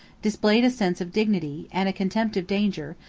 displayed a sense of dignity, and a contempt of danger,